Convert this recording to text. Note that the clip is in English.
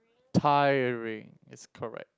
tiring it's correct